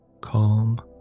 Calm